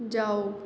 जाओ